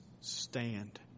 stand